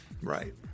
Right